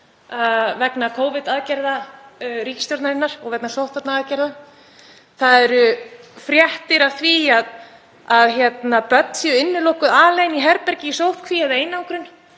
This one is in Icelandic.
vegna Covid-aðgerða ríkisstjórnarinnar og vegna sóttvarnaaðgerða. Það eru fréttir af því að börn séu innilokuð, alein í herbergi í sóttkví eða einangrun,